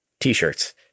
t-shirts